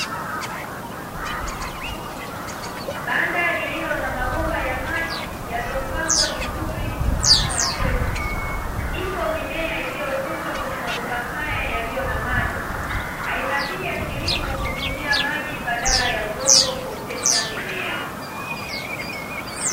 Banda lililo na mabomba ya maji yaliyopangwa vizuri mfano wa shelfu, ipo mimea iliyooteshwa kwenye mabomba haya yaliyo na maji, aina hii ya kilimo hutumia maji badala ya udongo kuotesha mimea.